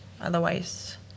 otherwise